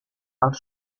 els